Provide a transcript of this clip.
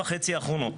בשנה וחצי האחרונות.